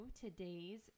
today's